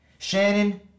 Shannon